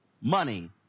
money